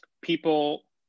people